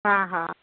हा हा